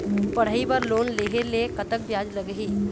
पढ़ई बर लोन लेहे ले कतक ब्याज लगही?